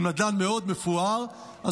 עם נדל"ן מפואר מאוד,